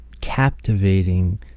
Captivating